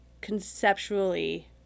conceptually